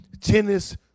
Tennis